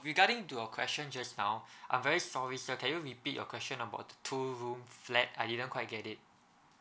regarding to your question just now I'm very sorry sir can you repeat your question about two room flat I didn't quite get it